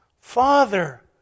father